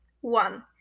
One